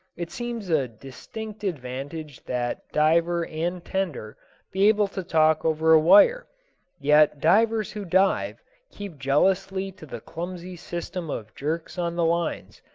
it seems a distinct advantage that diver and tender be able to talk over a wire yet divers who dive keep jealously to the clumsy system of jerks on the lines,